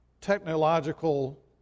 technological